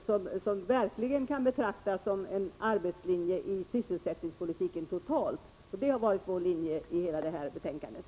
Det kan verkligen betraktas som en arbetslinje i sysselsättningspolitiken totalt, och det har varit vår linje i hela det här betänkandet.